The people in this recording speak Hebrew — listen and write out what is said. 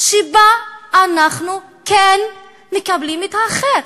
שבה אנחנו כן מקבלים את האחר.